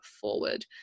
forward